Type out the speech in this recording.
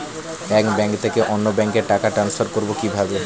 এক ব্যাংক থেকে অন্য ব্যাংকে টাকা ট্রান্সফার করবো কিভাবে?